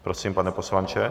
Prosím, pane poslanče.